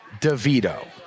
DeVito